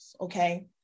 okay